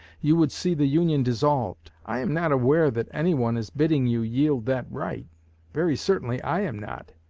you would see the union dissolved. i am not aware that any one is bidding you yield that right very certainly i am not.